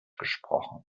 gesprochen